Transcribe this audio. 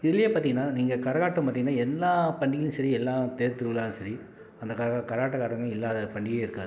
இதிலே பார்த்திங்கன்னா நீங்கள் கரகாட்டம் பார்த்திங்கன்னா எல்லா பண்டிகைகளும் சரி எல்லா தேர் திருவிழாவும் சரி அந்த கரகா கரகாட்டக்காரங்க இல்லாத பண்டிகையே இருக்காது